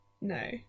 No